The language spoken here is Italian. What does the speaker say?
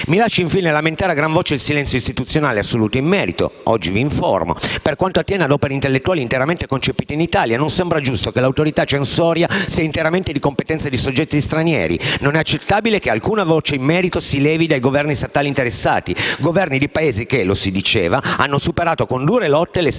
si lasci infine lamentare a gran voce il silenzio istituzionale assoluto in merito (oggi mi informo). Per quanto attiene ad opere intellettuali interamente concepite in Italia non sembra giusto che l'autorità censoria sia interamente di competenza di soggetti stranieri. Non è accettabile che alcuna voce in merito si levi dai Governi statali interessati, Governi di Paesi che - lo si diceva - hanno superato con dure lotte le strette